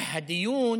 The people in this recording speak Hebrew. הדיון